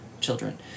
children